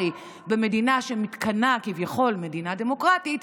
במדינה שמתכנה כביכול מדינה דמוקרטית,